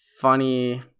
funny